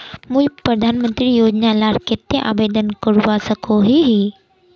मुई प्रधानमंत्री योजना लार केते आवेदन करवा सकोहो ही?